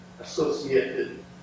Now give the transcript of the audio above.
associated